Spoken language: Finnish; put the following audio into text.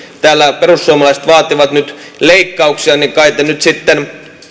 täällä perussuomalaiset vaativat nyt leikkauksia niin kai te sitten